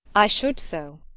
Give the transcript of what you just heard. i should so.